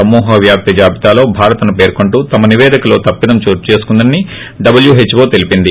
సమూహ వ్యాప్తి జాబితాలో భారత్ను పేర్చొంటూ తమ నిపేదికలో తప్పిదం చోటుచేసుకుందని డబ్లూహెచ్ఓ తెలిపింది